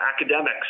academics